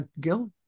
Gil